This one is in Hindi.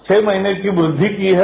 छह महीने की वृद्धि की है